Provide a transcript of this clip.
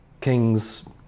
kings